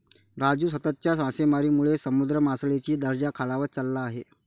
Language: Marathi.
राजू, सततच्या मासेमारीमुळे समुद्र मासळीचा दर्जा खालावत चालला आहे